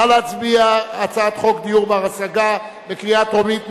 נא להצביע, הצעת חוק דיור בר-השגה, בקריאה טרומית.